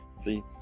See